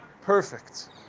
perfect